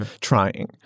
trying